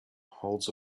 holds